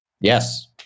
Yes